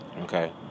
Okay